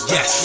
Yes